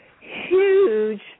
huge